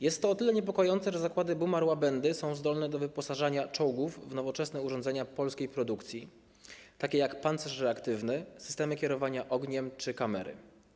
Jest to o tyle niepokojące, że zakłady Bumar-Łabędy są zdolne do wyposażania czołgów w nowoczesne urządzenia polskiej produkcji, takie jak pancerz reaktywny, systemy kierowania ogniem czy kamery.